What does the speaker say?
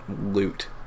loot